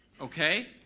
Okay